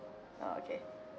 oh okay